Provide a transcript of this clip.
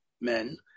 men